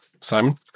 Simon